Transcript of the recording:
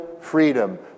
freedom